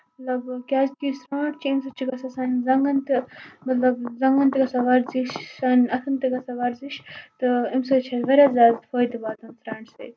لگ بگ کیازِ کہِ سرانٹھ چھِ اَمہِ سۭتۍ چھُ گژھان سانٮ۪ن زَنگَن تہٕ مطلب زَنگَن تہِ گژھان ورزِش سانٮ۪ن اَتھن تہِ گژھان ورزِش تہٕ اَمہِ سۭتۍ چھُ اَسہِ واریاہ زیادٕ فٲیدٕ واتان سرانٹھِ سۭتۍ